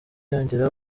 yongera